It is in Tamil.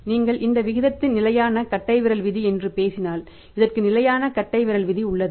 நீங்கள் இந்த விகிதத்தின் நிலையான கட்டைவிரல் விதி என்று பேசினால் இதற்கு நிலையான கட்டை விரல் விதி உள்ளது